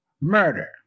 murder